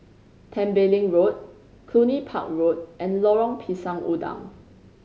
Tembeling Road Cluny Park Road and Lorong Pisang Udang